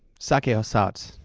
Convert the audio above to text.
sakeios out!